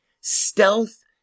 stealth